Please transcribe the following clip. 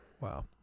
wow